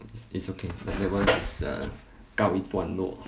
it's it's okay like that one is err 告一段落